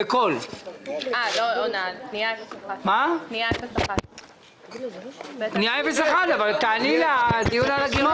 אני עונה לפנייה 01. תעני לה בעניין הגירעון.